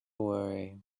worry